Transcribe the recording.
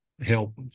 help